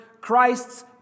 Christ's